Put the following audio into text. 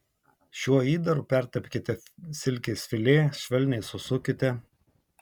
šiuo įdaru pertepkite silkės filė švelniai susukite